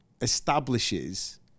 establishes